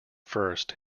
first